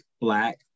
Black